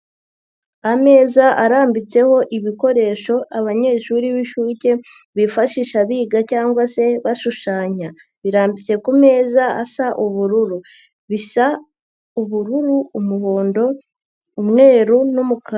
Ameza arambitseho ibikoresho abanyeshuri b'inshuke bifashisha biga cyangwa se bashushanya, birambitse ku meza asa ubururu, bisa ubururu, umuhondo, umweru n'umukara.